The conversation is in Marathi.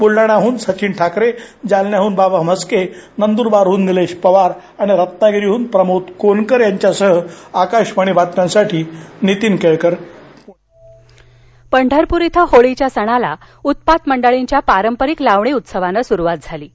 बुलडाण्याहन सचिन ठाकरे जालन्यातून बाबा म्हस्के नंदुरबारहन निलेश पवार आणि रत्नागिरीहन प्रमोद कोनकर यांच्यासह आकाशवाणी बातम्यांसाठी नीतीन केळकर पुणे होळी सोलापर पंढरपूर इथं होळीच्या सणाला उत्पात मंडळींच्या पारंपरिक लावणी उत्सवाने सुरुवात झाली आहे